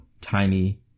tiny